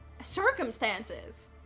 circumstances